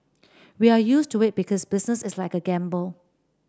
we are used to it because business is like a gamble